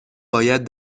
باید